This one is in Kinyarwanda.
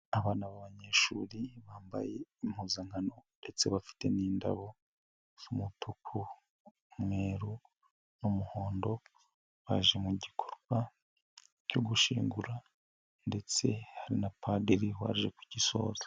Abana b'abanyeshuri, bambaye impuzankano ndetse bafite n'indabo z'umutuku, umweruru n'umuhondo, baje mu gikorwaba cyo gushyingura ndetse hari na padiri waje kugisoza.